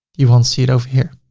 you won't see it over here.